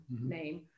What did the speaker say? name